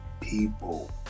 people